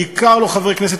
בעיקר לא חברי הכנסת,